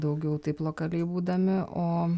daugiau taip lokaliai būdami o